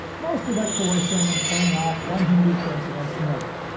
mostly by coercion and playing off one hindu prince against another,